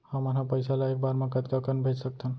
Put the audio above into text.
हमन ह पइसा ला एक बार मा कतका कन भेज सकथन?